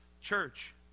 church